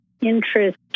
interest